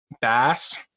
bass